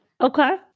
Okay